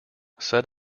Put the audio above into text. set